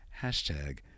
Hashtag